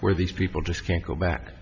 where these people just can't go back